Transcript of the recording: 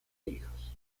hijos